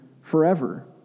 forever